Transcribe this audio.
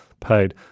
paid